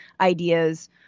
ideas